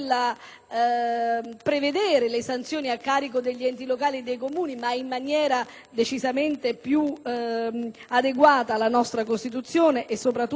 previsione di sanzioni a carico degli enti locali e dei Comuni in maniera decisamente più adeguata alla nostra Costituzione e soprattutto alla